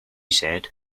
said